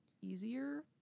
easier